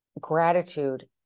gratitude